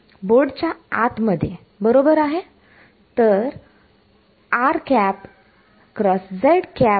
board च्या आत मध्ये बरोबर आहे